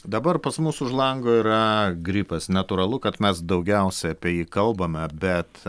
dabar pas mus už lango yra gripas natūralu kad mes daugiausia apie jį kalbame bet